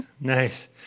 Nice